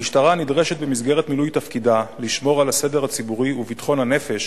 המשטרה נדרשת במסגרת מילוי תפקידה לשמור על הסדר הציבורי וביטחון הנפש,